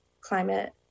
climate